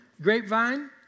grapevine